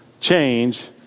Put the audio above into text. change